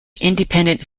independent